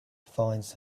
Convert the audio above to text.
finds